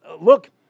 look